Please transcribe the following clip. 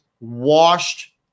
washed